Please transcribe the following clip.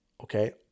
Okay